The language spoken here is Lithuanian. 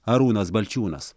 arūnas balčiūnas